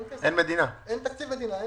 אין כסף.